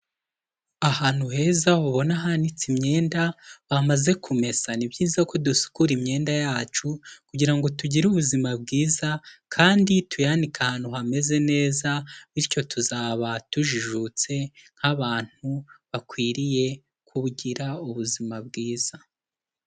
Ahantu heza ubona hanitse imyenda bamaze kumesa, ni byiza ko dusukura imyenda yacu kugira ngo tugire ubuzima bwiza, kandi tuyanike ahantu hameze neza, bityo tuzaba tujijutse nk'abantu bakwiriye kugira ubuzima bwiza.